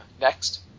Next